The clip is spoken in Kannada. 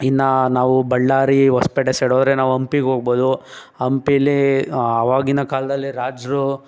ಇನ್ನು ನಾವು ಬಳ್ಳಾರಿ ಹೊಸ್ಪೇಟೆ ಸೈಡ್ ಹೋದ್ರೆ ನಾವು ಹಂಪಿಗೆ ಹೋಗ್ಬೋದು ಹಂಪೀಲಿ ಆವಾಗಿನ ಕಾಲದಲ್ಲಿ ರಾಜರು